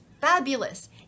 fabulous